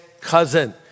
cousin